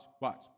watch